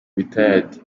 rtd